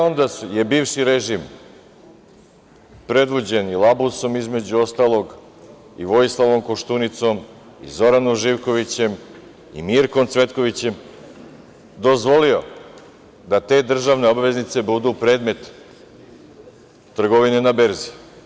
Onda je bivši režim, predvođen Labusom između ostalog, Vojislavom Koštunicom, Zoranom Živkovićem i Mirkom Cvetkovićem dozvolio da te državne obveznice budu predmet trgovine na berzi.